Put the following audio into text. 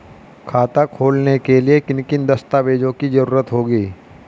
खाता खोलने के लिए किन किन दस्तावेजों की जरूरत होगी?